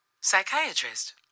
psychiatrist